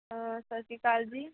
ਸਤਿ ਸ਼੍ਰੀ ਅਕਾਲ ਜੀ